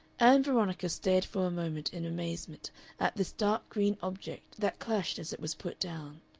ann veronica stared for a moment in amazement at this dark-green object that clashed as it was put down.